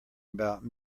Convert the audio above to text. about